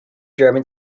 german